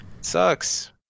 Sucks